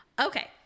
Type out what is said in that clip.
okay